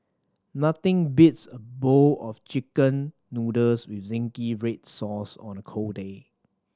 nothing beats a bowl of Chicken Noodles with zingy red sauce on a cold day